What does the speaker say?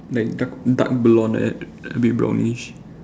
like dark dark blonde like that a bit brownish